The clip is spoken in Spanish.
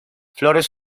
flores